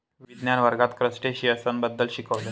विज्ञान वर्गात क्रस्टेशियन्स बद्दल शिकविले